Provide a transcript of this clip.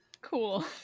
Cool